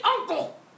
Uncle